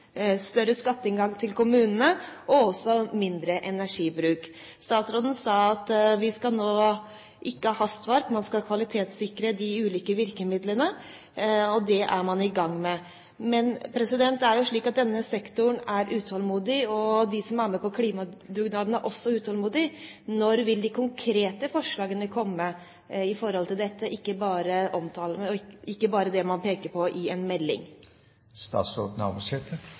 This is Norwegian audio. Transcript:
større skatteinngang til kommunene og også mindre energibruk. Statsråden sa nå at vi ikke skal ha hastverk, man skal kvalitetssikre de ulike virkemidlene. Og det er man i gang med. Men det er jo slik at denne sektoren er utålmodig, og de som er med på klimadugnaden, er også utålmodige. Når vil de konkrete forslagene komme i forhold til dette, ikke bare det man peker på i en melding? Det er jo ei breidd av tiltak ein har tilrådd i